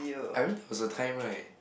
I remember there was a time right